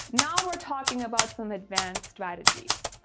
now we're talking about some advanced strategies.